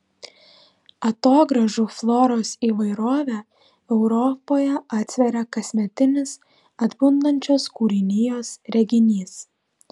atogrąžų floros įvairovę europoje atsveria kasmetinis atbundančios kūrinijos reginys